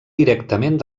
directament